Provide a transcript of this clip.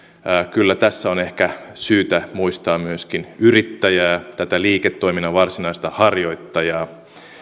kyllä tässä on ehkä syytä muistaa myöskin yrittäjää liiketoiminnan varsinaista harjoittajaa